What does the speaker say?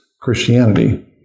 Christianity